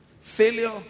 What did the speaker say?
Failure